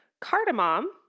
Cardamom